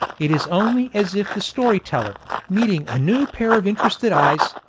it is only as if the story-teller, meeting a new pair of interested eyes,